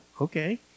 okay